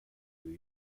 new